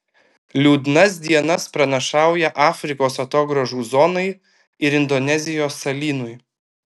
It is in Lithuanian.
liūdnas dienas pranašauja afrikos atogrąžų zonai ir indonezijos salynui